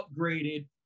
upgraded